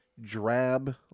drab